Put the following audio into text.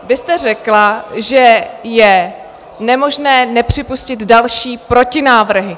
Vy jste řekla, že je nemožné nepřipustit další protinávrhy.